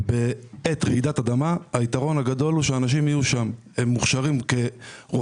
בעת רעידת האדמה היתרון הגדול זה שהאנשים שמוכשרים כרופאים,